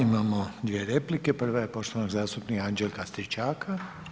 Imamo dvije replike, prva je poštovanog zastupnika Anđelka Stričaka.